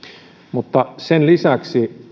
mutta sen lisäksi